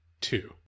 Two